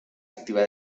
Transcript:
activa